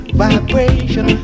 vibration